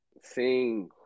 seeing